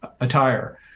attire